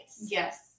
Yes